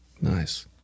nice